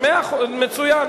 מצוין.